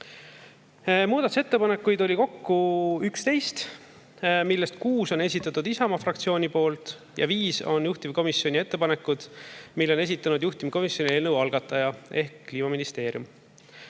Muudatusettepanekuid oli kokku 11, millest kuus on esitanud Isamaa fraktsioon ja viis on juhtivkomisjoni ettepanekud, mille on esitanud eelnõu algataja ehk Kliimaministeerium.